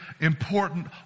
important